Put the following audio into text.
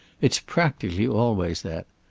it's practically always that.